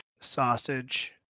sausage